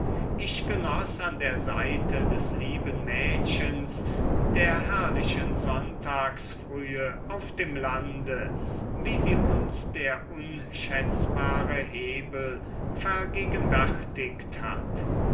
ich genoß an der seite des lieben mädchens der herrlichen sonntagsfrühe auf dem lande wie sie uns der unschätzbare hebel vergegenwärtigt hat